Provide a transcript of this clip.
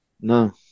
no